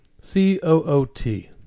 C-O-O-T